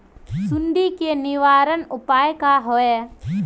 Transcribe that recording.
सुंडी के निवारण उपाय का होए?